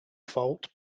fault